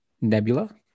Nebula